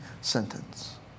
sentence